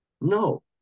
no